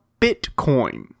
Bitcoin